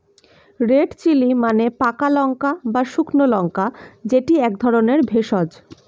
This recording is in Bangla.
রেড চিলি মানে পাকা লাল বা শুকনো লঙ্কা যেটি এক ধরণের ভেষজ